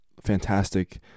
fantastic